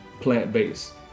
plant-based